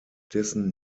dessen